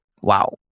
wow